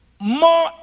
more